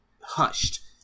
hushed